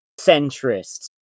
centrists